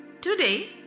Today